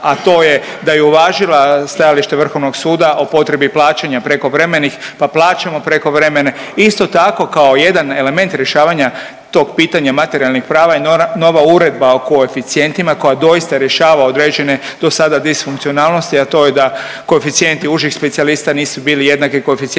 a to je da je uvažila stajalište Vrhovnog suda o potrebi plaćanja prekovremenih pa plaćamo prekovremene. Isto tako kao jedan element rješavanja tog pitanja materijalnih prava je nova uredba o koeficijentima koja doista rješava određene do sada disfunkcionalnosti, a to je da koeficijenti užih specijalista nisu bili jednaki koeficijentima